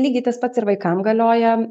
lygiai tas pats ir vaikam galioja